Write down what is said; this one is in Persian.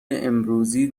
امروزی